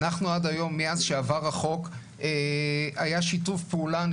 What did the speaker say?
אנחנו עד היום מאז שעבר החוק היה שיתוף פעולה אני